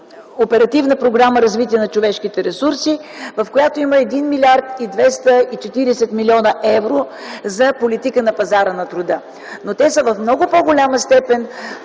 Оперативна програма „Развитие на човешките ресурси”, в която има 1 млрд. 240 млн. евро за политика на пазара на труда, но това са в много голяма степен